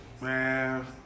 man